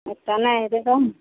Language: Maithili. एतए नहि हेतै तब ने